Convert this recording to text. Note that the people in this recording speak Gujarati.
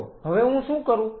તો હવે હું શું કરું